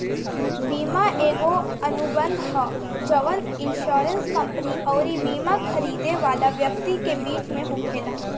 बीमा एगो अनुबंध ह जवन इन्शुरेंस कंपनी अउरी बिमा खरीदे वाला व्यक्ति के बीच में होखेला